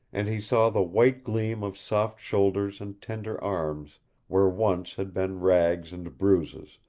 and he saw the white gleam of soft shoulders and tender arms where once had been rags and bruises,